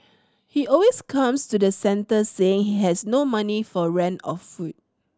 he always comes to the centre saying he has no money for rent or food